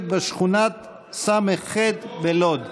מסילת הרכבת בשכונת ס"ח בלוד,